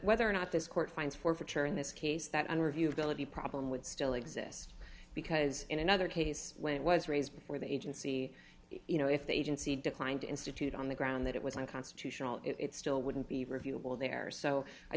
whether or not this court finds forfeiture in this case that interview ability problem would still exist because in another case when it was raised before the agency you know if the agency declined to institute on the ground that it was unconstitutional it still wouldn't be reviewable there so i